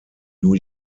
new